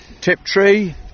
Tiptree